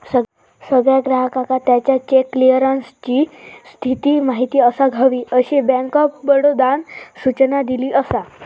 सगळ्या ग्राहकांका त्याच्या चेक क्लीअरन्सची स्थिती माहिती असाक हवी, अशी बँक ऑफ बडोदानं सूचना दिली असा